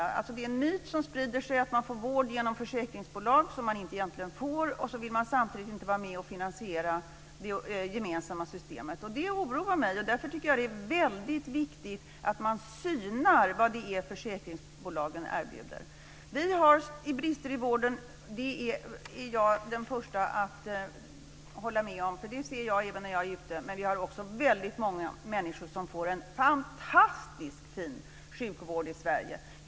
Det finns alltså en myt som sprider sig om att man får vård genom försäkringsbolag, vilket man egentligen inte får. Samtidigt vill man inte vara med och finansiera det gemensamma systemet. Det oroar mig, och därför tycker jag att det är viktigt att man synar vad det är som försäkringsbolagen erbjuder. Vi har brister i vården - det är jag den första att hålla med om. Det ser även jag när jag är ute. Men vi har också väldigt många människor som får en fantastiskt fin sjukvård i Sverige.